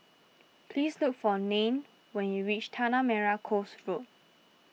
please look for Nanie when you reach Tanah Merah Coast Road